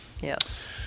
Yes